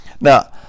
Now